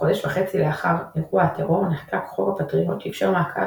חודש וחצי לאחר אירוע הטרור נחקק חוק הפטריוט שאיפשר מעקב,